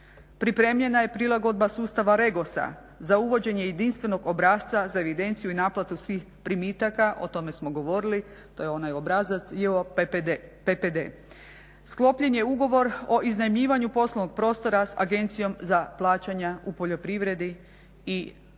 Pripremljena je prilagodba sustava REGOS-a za uvođenje jedinstvenog obrasca za evidenciju i naplatu svih primitaka. O tome smo govorili, to je onaj obrazac JOPPD. Sklopljen je ugovor o iznajmljivanju poslovnog prostora s Agencijom za plaćanja u poljoprivredi i ostvareno